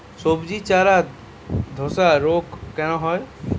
সবজির চারা ধ্বসা রোগ কেন হয়?